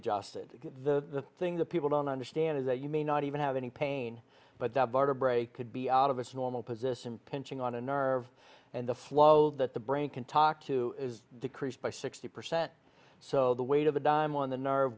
adjusted the things that people don't understand is that you may not even have any pain but the border brake could be out of its normal position pinching on a nerve and the flow that the brain can talk to is decreased by sixty percent so the weight of a dime on the nerve